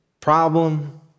problem